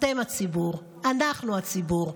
אתם, הציבור, אנחנו, הציבור.